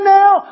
now